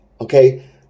okay